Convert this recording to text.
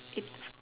it's